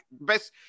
best